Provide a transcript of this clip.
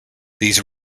these